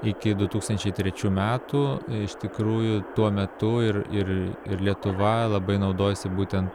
iki du tūkstančiai trečių metų iš tikrųjų tuo metu ir ir ir lietuva labai naudojasi būtent